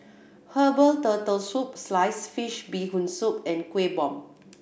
herbal Turtle Soup sliced fish Bee Hoon Soup and Kuih Bom